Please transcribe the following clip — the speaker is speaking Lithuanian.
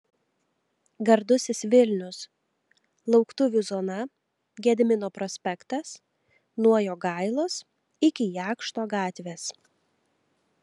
gardusis vilnius lauktuvių zona gedimino prospektas nuo jogailos iki jakšto gatvės